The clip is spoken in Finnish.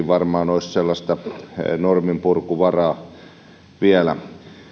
varmaan olisi sellaista norminpurkuvaraa vielä